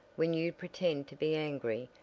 when you pretend to be angry,